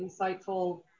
insightful